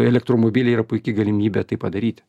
elektromobiliai yra puiki galimybė tai padaryti